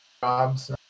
jobs